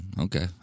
Okay